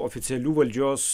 oficialių valdžios